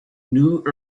new